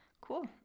Cool